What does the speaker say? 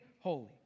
holy